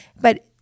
But-